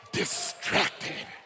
distracted